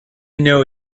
know